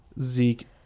Zeke